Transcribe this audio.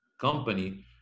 company